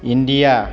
India